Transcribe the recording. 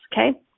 Okay